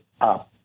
up